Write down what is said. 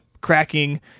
cracking